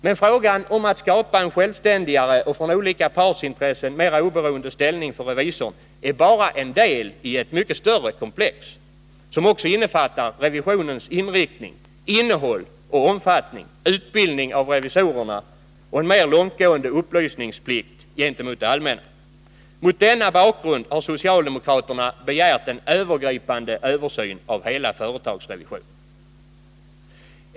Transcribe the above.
Men frågan om att skapa en självständigare och från olika partsintressen mera oberoende ställning för revisorn är bara en deli ett större komplex, som också innefattar revisionens inriktning, innehåll och omfattning, utbildning av revisorerna och en mer långtgående upplysningsplikt gentemot det allmänna. Mot denna bakgrund har socialdemokraterna begärt en övergripande översyn av hela företagsrevisionen.